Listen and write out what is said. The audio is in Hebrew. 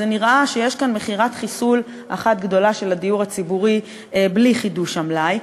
נראה שיש כאן מכירת חיסול אחת גדולה של הדיור הציבורי בלי חידוש המלאי.